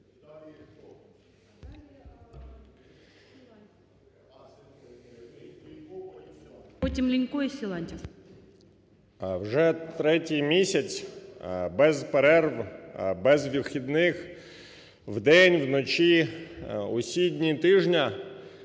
Вже третій місяць без перерв, без вихідних, вдень, вночі, усі дні тижня